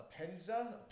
Apenza